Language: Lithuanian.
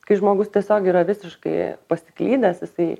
kai žmogus tiesiog yra visiškai pasiklydęs jisai